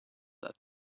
that